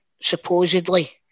supposedly